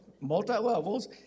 multi-levels